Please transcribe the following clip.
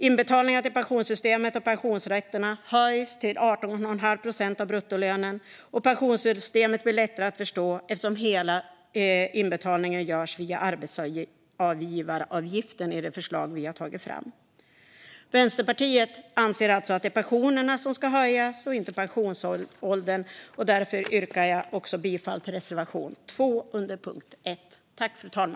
Inbetalningarna till pensionssystemet och pensionsrätterna höjs till 18,5 procent av bruttolönen, och pensionssystemet blir lättare att förstå eftersom hela inbetalningen görs via arbetsgivaravgiften, i det förslag vi har tagit fram. Vänsterpartiet anser alltså att det är pensionerna som ska höjas och inte pensionsåldern. Därför yrkar jag bifall till reservation 2 under punkt 1.